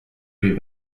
võib